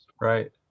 Right